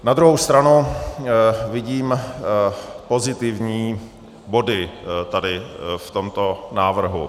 Na druhou stranu vidím pozitivní body v tomto návrhu.